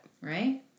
Right